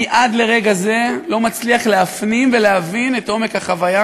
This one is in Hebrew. אני עד לרגע זה לא מצליח להפנים ולהבין את עומק החוויה.